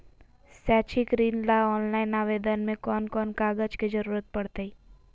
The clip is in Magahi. शैक्षिक ऋण ला ऑनलाइन आवेदन में कौन कौन कागज के ज़रूरत पड़तई?